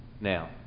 Now